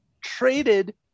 traded